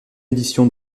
édition